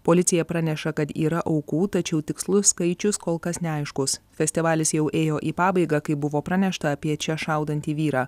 policija praneša kad yra aukų tačiau tikslus skaičius kol kas neaiškus festivalis jau ėjo į pabaigą kai buvo pranešta apie čia šaudantį vyrą